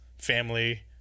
family